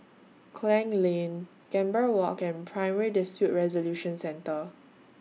Klang Lane Gambir Walk and Primary Dispute Resolution Centre